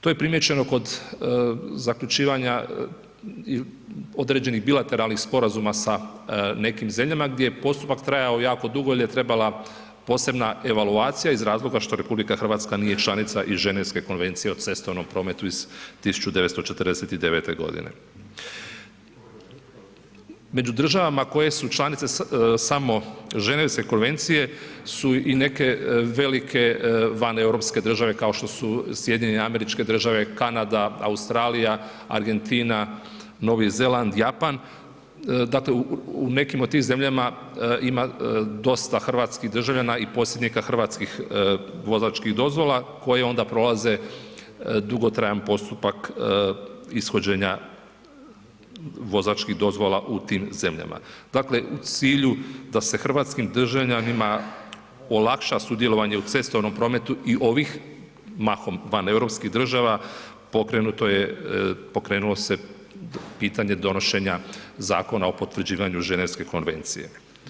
To je primijećeno kod zaključivanja i određenih bilateralnih sporazuma sa nekim zemljama gdje je postupak trajao jako dugo jel je trebala posebna evaluacija iz razloga što RH nije članica i Ženevske konvencije o cestovnom prometu iz 1949.g. Među državama koje su članice samo Ženevske konvencije su i neke velike van europske države kao što su SAD, Kanada, Australija, Argentina, Novi Zeland, Japan, dakle u nekim od tim zemljama ima dosta hrvatskih državljana i posjednika hrvatskih vozačkih dozvola koji onda prolaze dugotrajan postupak ishođenja vozačkih dozvola u tim zemljama, dakle u cilju da se hrvatskim državljanima olakša sudjelovanje u cestovnom prometu i ovih mahom vaneuropskih država pokrenuto je, pokrenulo se pitanje donošenja Zakona o potvrđivanju Ženevske konvencije.